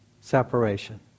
separation